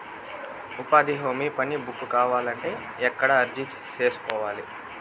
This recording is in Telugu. ఉపాధి హామీ పని బుక్ కావాలంటే ఎక్కడ అర్జీ సేసుకోవాలి?